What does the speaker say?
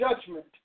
judgment